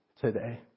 today